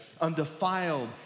undefiled